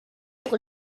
pour